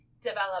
develop